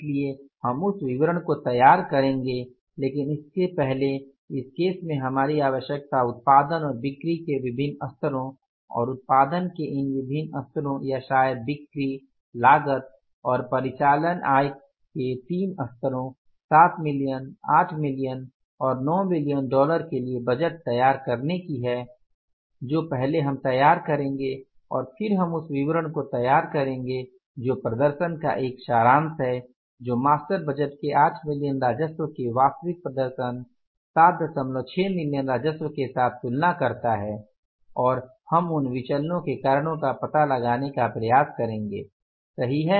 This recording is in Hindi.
इसलिए हम उस विवरण को तैयार करेंगे लेकिन इससे पहले इस केस में हमारी आवश्यकता उत्पादन और बिक्री के विभिन्न स्तरों और उत्पादन के इन विभिन्न स्तरों या शायद बिक्री लागत और परिचालन आय को तीन स्तरों 7 मिलियन 8 मिलियन और 9 मिलियन डॉलर के लिए बजट तैयार करने की है है जो पहले हम तैयार करेंगे और फिर हम उस विवरण को तैयार करेंगे जो प्रदर्शन का एक सारांश है जो मास्टर बजट के 8 मिलियन राजस्व के वास्तविक प्रदर्शन 76 मिलियन राजस्व के साथ तुलना करता है और हम उन भिन्नताओं के कारणों का पता लगाने का प्रयास करेंगे सही है